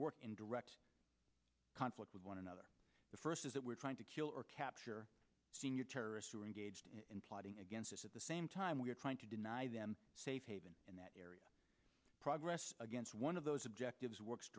work in direct conflict with one another the first is that we're trying to kill or capture senior terrorists who are engaged in plotting against us at the same time we're trying to deny them safe haven in that area progress against one of those objectives works